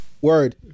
word